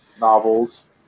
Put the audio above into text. novels